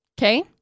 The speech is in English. Okay